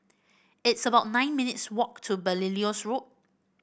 it's about nine minutes' walk to Belilios Road